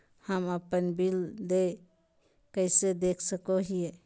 हम अपन बिल देय कैसे देख सको हियै?